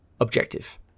objective